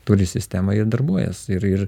turi sistemą ir darbuojies ir ir